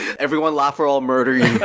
everyone laugh or i'll murder you.